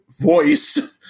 voice